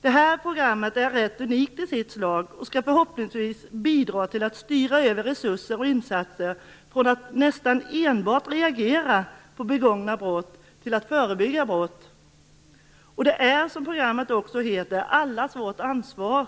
Det här programmet är rätt unikt i sitt slag och skall förhoppningsvis bidra till att styra över resurser och insatser från att nästan enbart ha gällt att man reagerar på begångna brott till att man förebygger brott. Och det är - som programmet också heter - allas vårt ansvar.